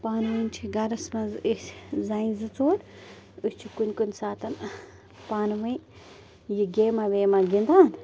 پانہٕ ؤنۍ چھِ گَرس منٛز أسۍ زَنہِ زٕ ژور أسۍ چھِ کُنہِ کُنہِ ساتہٕ پانہٕ ؤنۍ یہِ گیما ویما گِنٛدان